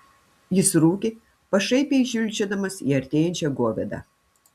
jis rūkė pašaipiai žvilgčiodamas į artėjančią govėdą